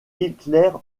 hitler